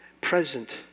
present